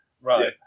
Right